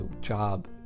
job